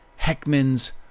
Heckman's